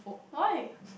why